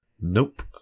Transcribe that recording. Nope